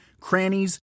crannies